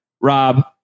Rob